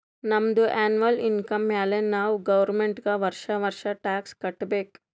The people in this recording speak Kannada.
ನಮ್ದು ಎನ್ನವಲ್ ಇನ್ಕಮ್ ಮ್ಯಾಲೆ ನಾವ್ ಗೌರ್ಮೆಂಟ್ಗ್ ವರ್ಷಾ ವರ್ಷಾ ಟ್ಯಾಕ್ಸ್ ಕಟ್ಟಬೇಕ್